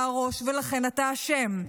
אתה הראש ולכן אתה אשם.